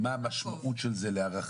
מה המשמעות של זה להערכתם?